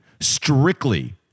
strictly